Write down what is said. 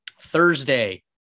Thursday